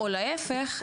או להיפך,